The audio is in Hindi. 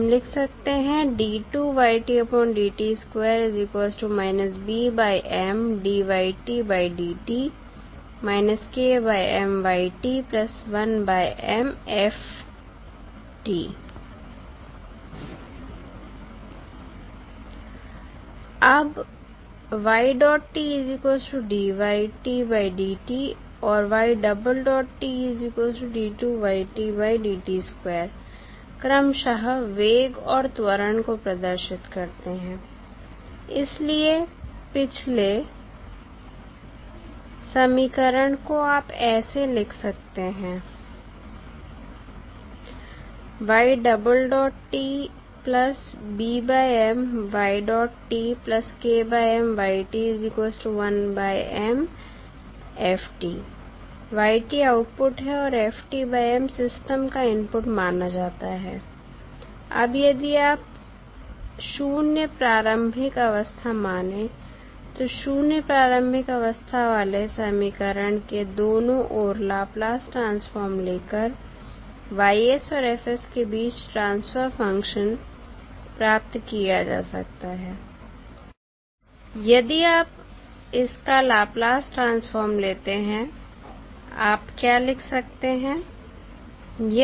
हम लिख सकते हैं अब और क्रमश वेग और त्वरण को प्रदर्शित करते हैं इसलिए पिछले समीकरण को आप ऐसे लिख सकते हैं आउटपुट है और सिस्टम का इनपुट माना जाता है अब यदि आप 0 प्रारंभिक अवस्था माने तो 0 प्रारंभिक अवस्था वाले समीकरण के दोनों ओर लाप्लास ट्रांसफार्म लेकर Y और F के बीच ट्रांसफर फंक्शन प्राप्त किया जा सकता है यदि आप इसका लाप्लास ट्रांसफार्म लेते हैं आप क्या लिख सकते हैं